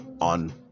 On